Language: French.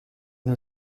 nos